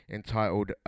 entitled